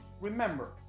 Remember